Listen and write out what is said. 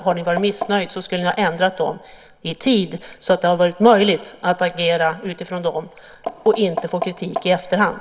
Hade ni varit missnöjda skulle ni ha ändrat dem i tid så att det hade varit möjligt att agera utifrån dem i stället för att få kritik i efterhand.